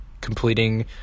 completing